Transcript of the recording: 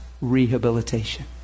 rehabilitation